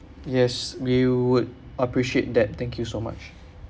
yes we would appreciate that thank you so much